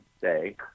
say